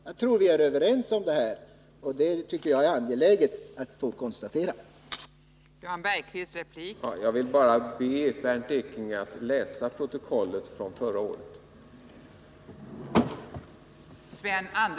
Jag tror att vi är överens på den här punkten, och jag tycker att det är angeläget att konstatera detta.